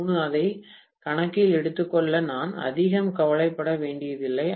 3 அதை கணக்கில் எடுத்துக்கொள்ள நான் அதிகம் கவலைப்பட வேண்டியதில்லை